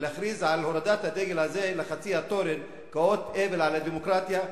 מלהכריז על הורדת הדגל הזה לחצי התורן כאות אבל על הדמוקרטיה,